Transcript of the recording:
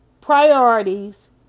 Priorities